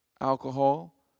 alcohol